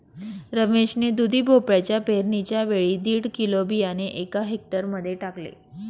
रमेश ने दुधी भोपळ्याच्या पेरणीच्या वेळी दीड किलो बियाणे एका हेक्टर मध्ये टाकले